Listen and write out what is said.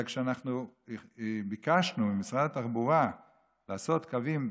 אלא כשאנחנו ביקשנו ממשרד התחבורה לעשות קווים,